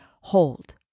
hold